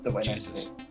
Jesus